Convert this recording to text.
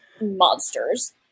monsters